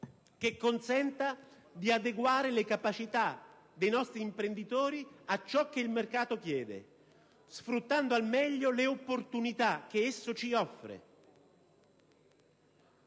che consenta di adeguare le capacità dei nostri imprenditori a ciò che il mercato chiede, sfruttando al meglio le opportunità che esso ci offre.